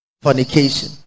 fornication